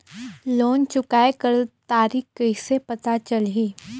Loan चुकाय कर तारीक कइसे पता चलही?